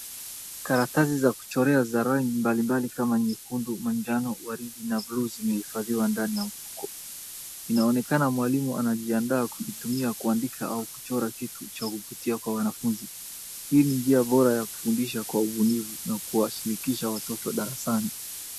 Karatasi za kuchorea za rangi mbalimbali kama nyekundu, manjano, waridi na buluu, zimehifadhiwa ndani ya mfuko. Inaonekana mwalimu anajiandaa kuvitumia kuandika au kuchora kitu cha kuvutia kwa wanafunzi. Hii ni njia bora ya kufundisha kwa ubunifu na kuwashirikisha watoto darasani.